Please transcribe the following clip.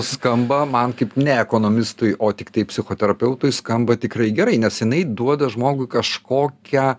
skamba man kaip ne ekonomistui o tiktai psichoterapeutui skamba tikrai gerai nes jinai duoda žmogui kažkokią